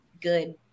good